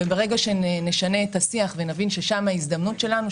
ברגע שנשנה את השיח ונבין ששם ההזדמנות שלנו,